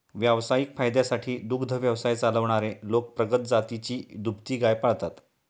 व्यावसायिक फायद्यासाठी दुग्ध व्यवसाय चालवणारे लोक प्रगत जातीची दुभती गाय पाळतात